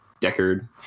Deckard